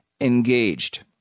engaged